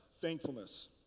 thankfulness